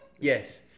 Yes